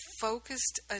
focused